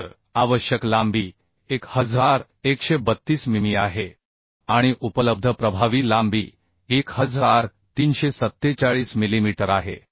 तर आवश्यक लांबी 1132 मिमी आहे आणि उपलब्ध प्रभावी लांबी 1347 मिलीमीटर आहे